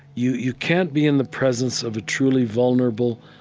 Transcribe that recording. you you can't be in the presence of a truly vulnerable,